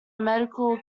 medical